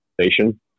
station